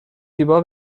زیبا